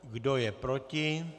Kdo je proti?